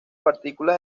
partículas